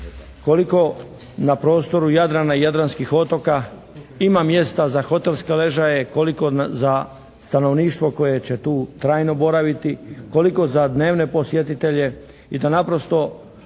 koliko na prostoru Jadrana i jadranskih otoka ima mjesta za hotelske ležajeve, koliko za stanovništvo koje će tu trajno boraviti, koliko za dnevne posjetitelje i to naprosto